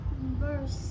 verse